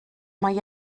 mae